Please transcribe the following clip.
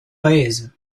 paese